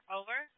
over